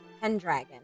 Pendragon